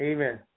Amen